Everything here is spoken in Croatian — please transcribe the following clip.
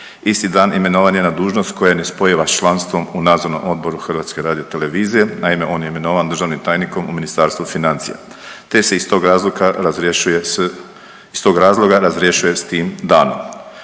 Isti dan imenovan je na dužnost koja je nespojiva s članstvom u NO HRT-a, naime on je imenovan državnim tajnikom u Ministarstvu financija te se iz tog razloga razrješuje s tim danom.